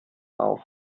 auf